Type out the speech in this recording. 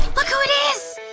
look who it is!